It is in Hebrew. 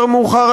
יותר מאוחר,